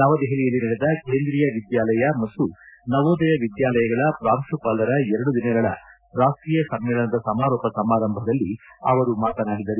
ನವದೆಪಲಿಯಲ್ಲಿ ನಡೆದ ಕೇಂದ್ರೀಯ ವಿದ್ಮಾಲಯ ಮತ್ತು ನವೋದಯ ವಿದ್ಯಾಲಯಗಳ ಪ್ರಾಂಶುಪಾಲರ ಎರಡು ದಿನಗಳ ರಾಷ್ಟೀಯ ಸಮ್ಮೇಳನದ ಸಮಾರೋಪ ಸಮಾರಂಭದಲ್ಲಿ ಅವರು ಮಾತನಾಡಿದರು